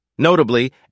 Notably